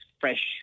fresh